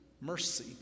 mercy